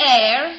air